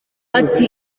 ati